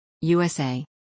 USA